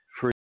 free